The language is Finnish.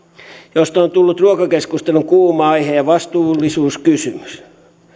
josta on on tullut ruokakeskustelun kuuma aihe ja vastuullisuuskysymys